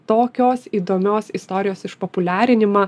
tokios įdomios istorijos išpopuliarinimą